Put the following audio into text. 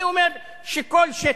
אני אומר שכל שטח,